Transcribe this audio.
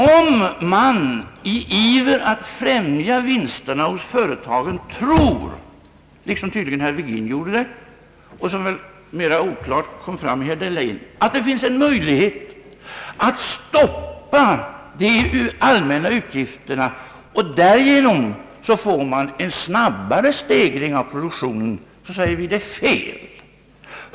Om man i ivern att främja vinsterna hos företagen tror — liksom tydligen herr Virgin gjorde och vilket mera oklart kom fram i herr Dahléns anförande — att det finns en möjlighet att stoppa de allmänna utgifterna och därigenom få en snabbare stegring av produktionen, säger vi att det är felaktigt.